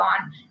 on